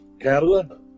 Canada